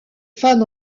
fans